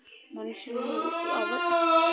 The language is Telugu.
మనుష్యులు అవసరానికి తాగేకి ఎక్కువ ఈ నీళ్లనే వాడుతారు